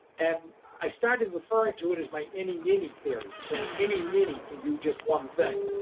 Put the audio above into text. and i started referring to it as my any-ninny theory saying any ninny can do just one thing.